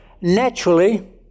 naturally